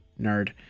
nerd